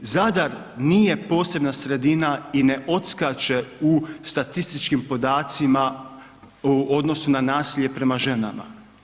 Zadar nije posebna sredina i ne odskače u statističkim podacima u odnosu na nasilje prema ženama.